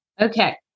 Okay